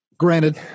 granted